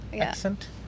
accent